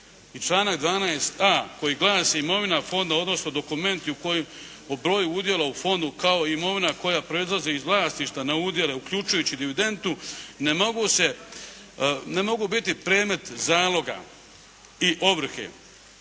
članak 12.a koji glasi: "Imovina fonda odnosno dokumenti o broju udjela u fondu kao i imovina koja proizlazi iz vlasti …/Govornik se ne razumije./… udjele uključujući dividendu ne mogu biti predmet zaloga i ovrhe.".